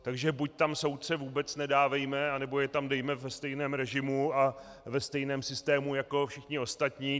Takže buď tam soudce vůbec nedávejme, anebo je tam dejme ve stejném režimu a ve stejném systému jako všechny ostatní.